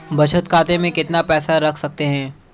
बचत खाते में कितना पैसा रख सकते हैं?